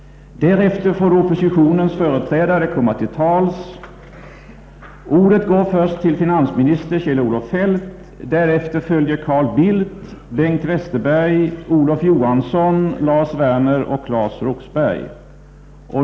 Därefter får oppositionens företrädare komma till tals. Ordet går först till finansminister Kjell-Olof Feldt. Därefter följer Carl Bildt, Bengt Westerberg, Olof Johansson, Lars Werner och Claes Roxbergh.